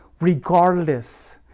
regardless